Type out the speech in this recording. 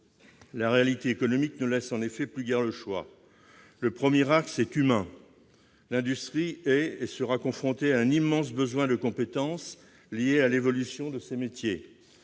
La réalité économique ne laisse en effet plus guère le choix. Le premier axe est humain. L'industrie est et sera confrontée à un immense besoin de compétences, lié à l'évolution de ses métiers.